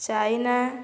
China